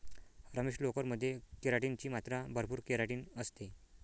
रमेश, लोकर मध्ये केराटिन ची मात्रा भरपूर केराटिन असते